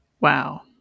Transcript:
Wow